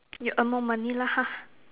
you earn more money lah ha